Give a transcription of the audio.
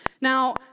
Now